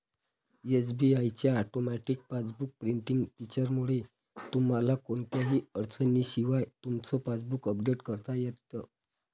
SBI च्या automatic passbook printing फीचरमुळे तुम्हाला कोणत्याही अडचणीशिवाय तुमचं पासबुक अपडेट करता येतं